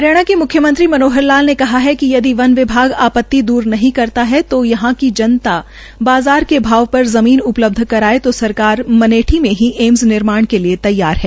हरियाणा के मुख्यमंत्री मनोहर लाल ने कहा कि यदि वन विभाग आपति दूर नहीं करता है तो यहां की जनता बाज़ार के भाव पर ज़मीन उपलब्ध कराये तो सरकार मनेठी में ही एम्स निर्माण के लिए तैयार है